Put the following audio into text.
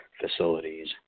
facilities